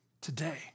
Today